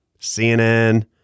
CNN